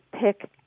pick